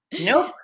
nope